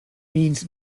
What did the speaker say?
means